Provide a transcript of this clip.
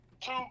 two